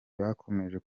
bakomeje